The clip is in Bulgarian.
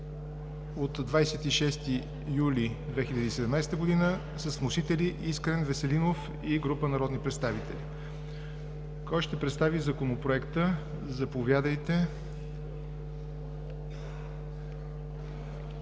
от 26 юли 2017 г., с вносители Искрен Веселинов и група народни представители. Кой ще представи Законопроекта? Представяне